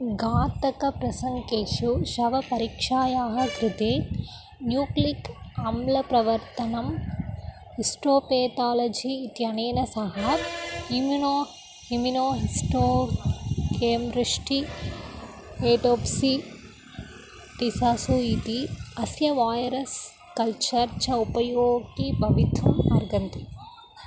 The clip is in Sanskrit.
घातकप्रसङ्गेषु शवपरीक्षायाः कृते न्यूक्लिक् अम्लप्रवर्तनं हिस्टोपेतालझि इत्यनेन सह इम्युनो इम्युनोहिस्टोकेमृष्टि एटोप्सी टिसासु इति अस्य वायरस् कल्चर् च उपयोगी भवितुम् अर्हन्ति